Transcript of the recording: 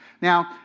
Now